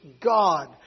God